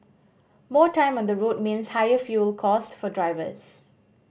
more time on the road means higher fuel cost for drivers